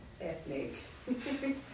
ethnic